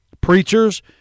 Preachers